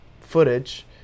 footage